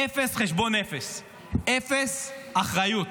אפס חשבון נפש, אפס אחריות,